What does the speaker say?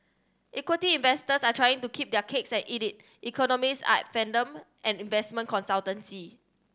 equity investors are trying to keep their cakes and eat it economists at fathom an investment consultancy